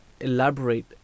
elaborate